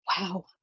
wow